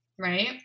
right